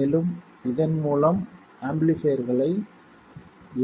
மேலும் இதன் மூலம் ஆம்பிளிஃபைர்களை